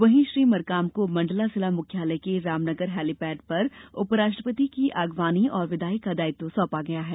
वहीं श्री मरकाम को मंडला जिला मुख्यालय के रामनगर हैलीपेड पर उप राष्ट्रपति की अगवानी और विदाई का दायित्व सौंपा गया है